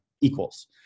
equals